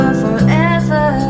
forever